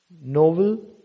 Novel